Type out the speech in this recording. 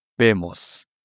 vemos